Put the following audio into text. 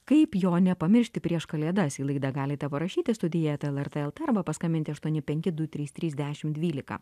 kaip jo nepamiršti prieš kalėdas į laidą galite parašyti studija eta lrt lt arba paskambinti aštuoni penki du trys trys dešim dvylika